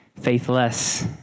faithless